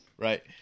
Right